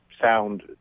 sound